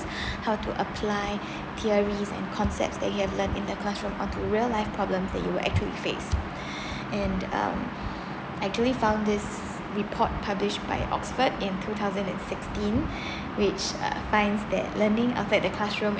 how to apply theories and concepts they have learn in the classroom on to real life problems that you actually face and um I actually found this report publish by oxford in two thousand and sixteen which uh finds that learning outside the classroom